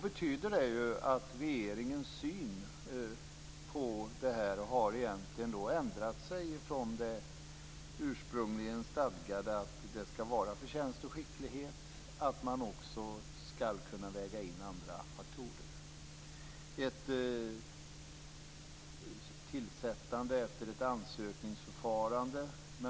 Det betyder ju att regeringens syn på detta har ändrat sig från det ursprungligen stadgade att det skall vara förtjänst och skicklighet till att man också skall kunna väga in andra faktorer.